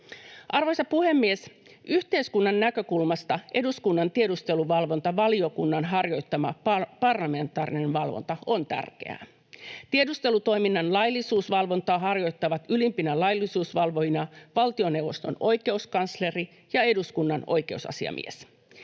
Arvoisa puhemies! Yhteiskunnan näkökulmasta eduskunnan tiedusteluvalvontavaliokunnan harjoittama parlamentaarinen valvonta on tärkeää. Tiedustelutoiminnan laillisuusvalvontaa harjoittavat ylimpinä laillisuusvalvojina valtioneuvoston oikeuskansleri ja eduskunnan oikeusasiamies.